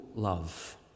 love